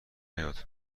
نیاد